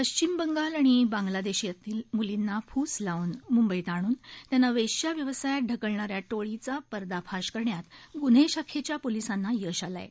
पश्चिम बंगाल आणि बांगलादेशातील मुलींना फूस लावून मुंबईत आणून त्यांना वेश्याव्यावसायात ढकलणाया टोळीचा पर्दाफाश करण्यात गुन्हे शाखेच्या पोलिसांना यश आले आहे